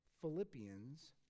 Philippians